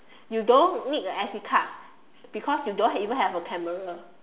you don't need a S_D card because you don't even have a camera